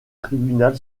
tribunal